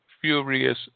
furious